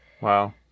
Wow